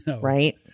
right